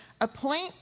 appoint